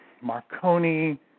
Marconi